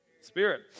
Spirit